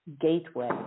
gateway